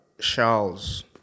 Charles